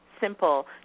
simple